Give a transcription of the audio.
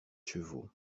chevaux